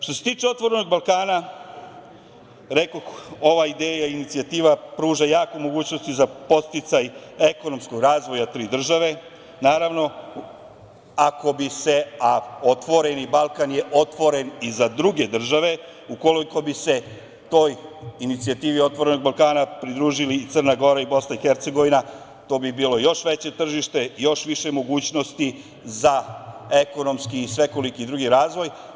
Što se tiče „Otvorenog Balkana“, rekoh, ova ideja, inicijativa, pruža jaku mogućnost za podsticaj ekonomskog razvoja tri države, naravno ako bi se, a „Otvoreni Balkan“ je otvoren i za druge države, ukoliko bi se toj inicijativi „Otvorenog Balkana“ pridružili i Crna Gora i Bosna i Hercegovina, to bi bilo još veće tržište, još više mogućnosti za ekonomski i svekoliki drugi razvoj.